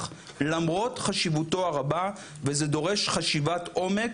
למרות חשיבותו הרבה וזה דורש חשיבת עומק,